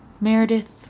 meredith